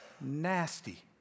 Nasty